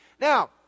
Now